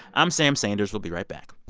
i'm sam sanders. we'll be right back